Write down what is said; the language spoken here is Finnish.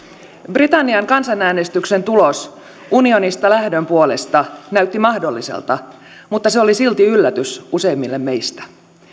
britannian kansanäänestyksen tulos unionista lähdön puolesta näytti mahdolliselta mutta se oli silti yllätys useimmille meistä